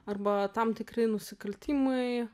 arba tam tikri nusikaltimai